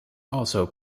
also